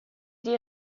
die